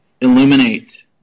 illuminate